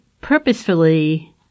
purposefully